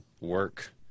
work